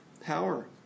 power